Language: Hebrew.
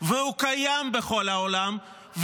והוא קיים בכל העולם,